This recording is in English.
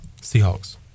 Seahawks